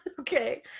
Okay